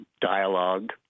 dialogue